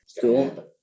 Cool